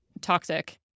toxic